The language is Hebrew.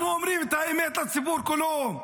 אנחנו אומרים את האמת לציבור כולו.